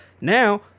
Now